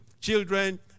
Children